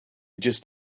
just